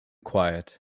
quiet